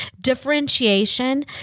differentiation